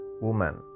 woman